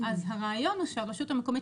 אז הרעיון הוא שהרשות המקומית,